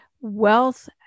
wealth